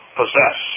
possess